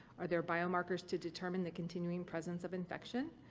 are there biomarkers to determine the continuing presence of infection?